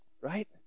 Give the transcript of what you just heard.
right